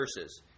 verses